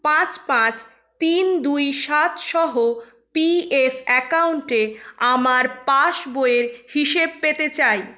পাঁচ পাঁচ তিন দুই সাত সহ পি এফ অ্যাকাউন্টে আমার পাসবইয়ের হিসেব পেতে চাই